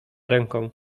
ręką